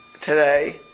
today